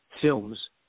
Films